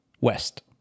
West